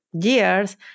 years